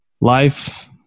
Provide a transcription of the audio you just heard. life